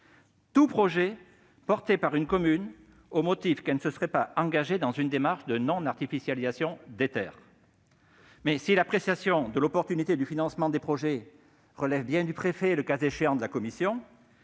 tout projet porté par une commune au motif qu'elle ne se serait pas engagée dans une démarche de non-artificialisation des terres. Si l'appréciation de l'opportunité du financement des projets relève bien du préfet et, le cas échéant, de la commission,